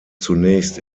zunächst